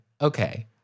okay